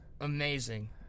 amazing